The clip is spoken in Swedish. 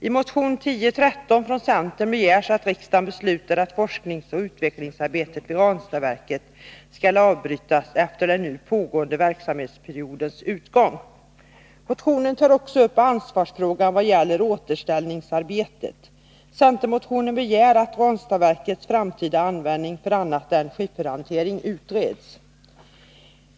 I motion 1013 från centern begärs att riksdagen beslutar att forskningsoch utvecklingsarbetet vid Ranstadsverket skall avbrytas efter den nu pågående verksamhetsperiodens utgång. Motionen tar också upp ansvarsfrågan i vad gäller återställningsarbetet. Centermotionen begär att Ranstadsverkets framtida användning för annat än skifferhantering utreds.